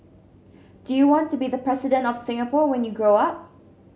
do you want to be the President of Singapore when you grow up